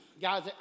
guys